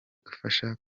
gufasha